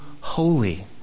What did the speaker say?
holy